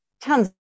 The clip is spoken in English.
tons